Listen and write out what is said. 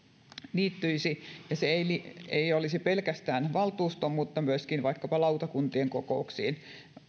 liittyisi ja kunnanhallituksen päätöksellä olisi mahdollisuus sallia sähköinen osallistuminen ei pelkästään valtuuston vaan myöskin vaikkapa lautakuntien kokouksiin